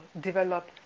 develop